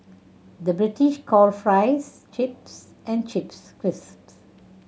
the British call fries chips and chips crisps